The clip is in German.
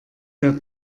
der